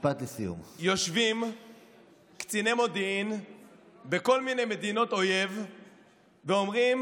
יושבים קציני מודיעין בכל מיני מדינות אויב ואומרים: